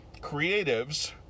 creatives